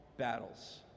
battles